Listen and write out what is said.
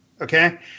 Okay